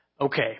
Okay